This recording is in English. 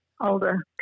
older